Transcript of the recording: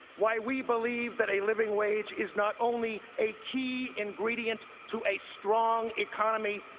why we believe that a living wage is not only a key ingredient to a strong economy,